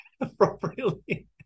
appropriately